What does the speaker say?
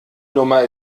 nummer